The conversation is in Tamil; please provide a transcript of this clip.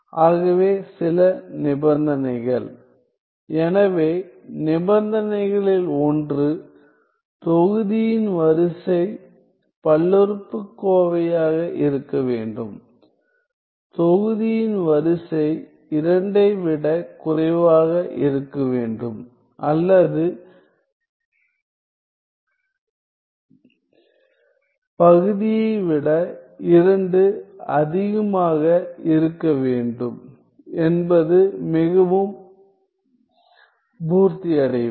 ஆகவே சில நிபந்தனைகள் எனவே நிபந்தனைகளில் ஒன்று தொகுதியின் வரிசை பல்லுறுப்புக்கோவையாக இருக்க வேண்டும் தொகுதியின் வரிசை 2 ஐவிட குறைவாக இருக்க வேண்டும் அல்லது பகுதியை விட 2 அதிகமாக இருக்க வேண்டும் என்பது மிகவும் பூர்த்தியடைவது